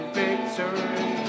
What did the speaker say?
victory